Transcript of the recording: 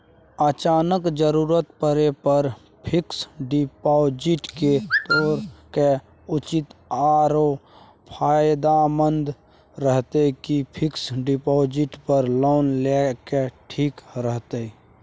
अचानक जरूरत परै पर फीक्स डिपॉजिट के तोरनाय उचित आरो फायदामंद रहतै कि फिक्स डिपॉजिट पर लोन लेनाय ठीक रहतै?